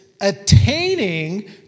Attaining